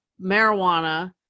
marijuana